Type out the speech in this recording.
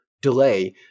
delay